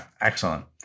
excellent